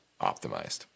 optimized